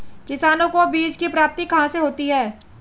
किसानों को बीज की प्राप्ति कहाँ से होती है?